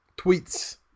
Tweets